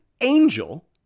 angel